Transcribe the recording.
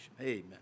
Amen